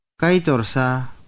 kaitorsa